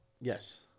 Yes